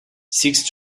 six